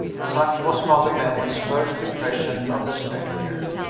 such was father benwell's first impression of the stranger.